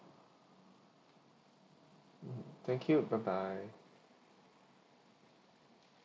mmhmm thank you bye bye